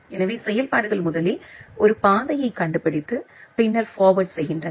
எனவே செயல்பாடுகள் முதலில் ஒரு பாதையைக் கண்டுபிடித்து பின்னர் ஃபார்வர்ட் செய்கின்றன